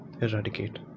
eradicate